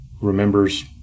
remembers